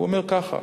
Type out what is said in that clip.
הוא אומר ככה: